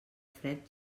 fred